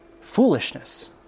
foolishness